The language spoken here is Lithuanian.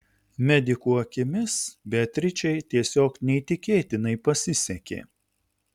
medikų akimis beatričei tiesiog neįtikėtinai pasisekė